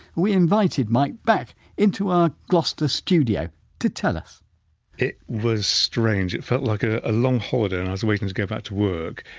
we invited mike back into our gloucester studio to tell us it was strange, it felt like a ah long holiday and i was waiting to go back to work.